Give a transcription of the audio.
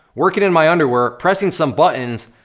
working in my underwear, pressing some buttons,